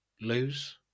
lose